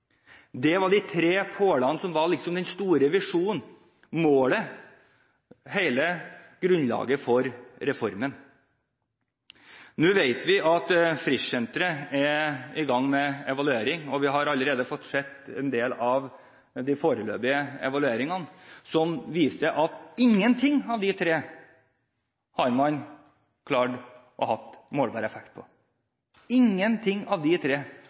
Det var de tre pålene som var den store visjonen – målet – og hele grunnlaget for reformen. Nå vet vi at Frischsenteret er i gang med en evaluering, og vi har allerede fått se en del av de foreløpige evalueringene, som viser at de ikke har klart å ha målbar effekt på noen av de tre. Fremskrittspartiet foreslår en rekke forslag som man